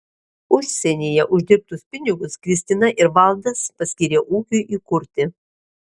užsienyje uždirbtus pinigus kristina ir valdas paskyrė ūkiui įkurti